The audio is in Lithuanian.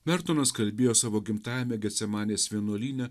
mertonas kalbėjo savo gimtajame getsemanės vienuolyne